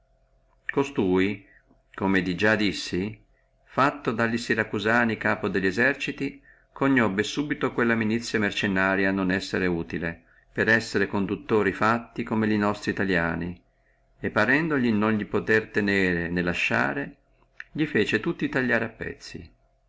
costui come io dissi fatto da siracusani capo delli eserciti conobbe subito quella milizia mercennaria non essere utile per essere conduttieri fatti come li nostri italiani e parendoli non li possere tenere né lasciare li fece tutti tagliare a pezzi